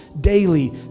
daily